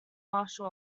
martial